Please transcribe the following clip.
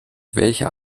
welcher